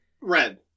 red